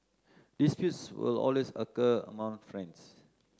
disputes will always occur among friends